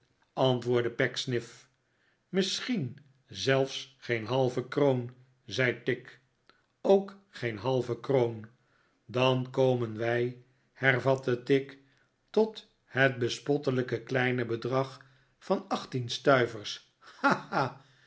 antwoordde pecksniff misschien zelfs geen halve kroon zei tigg ook geen halve kroon t dan komen wij hervatte tigg tot het bespottelijk kleine bedrag van achttien stuivers